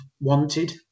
wanted